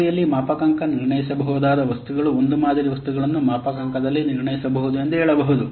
ಮಾದರಿಯಲ್ಲಿ ಮಾಪನಾಂಕ ನಿರ್ಣಯಿಸಬಹುದಾದ ವಸ್ತುಗಳು ಒಂದು ಮಾದರಿ ವಸ್ತುಗಳನ್ನು ಮಾಪನಾಂಕದಲ್ಲಿ ನಿರ್ಣಯಿಸಬಹುದು ಎಂದು ಹೇಳಬಹುದು